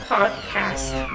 Podcast